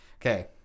Okay